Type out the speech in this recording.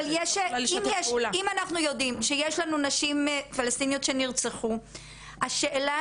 אם אנחנו יודעים שיש נשים פלשתינאיות שנרצחו השאלה